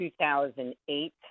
2008